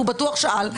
והוא בטח שאל.